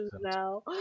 now